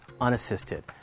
unassisted